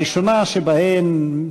הראשונה שבהן,